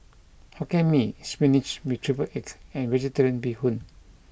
Hokkien mee spinach with triple egg and vegetarian bee hoon